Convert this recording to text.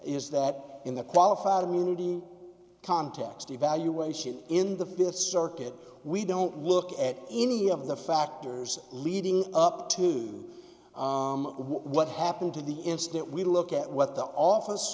is that in the qualified immunity context evaluation in the th circuit we don't look at any of the factors leading up to what happened to the incident we look at what the office